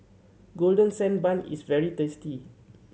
Golden Sand Bun is very tasty